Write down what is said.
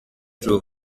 true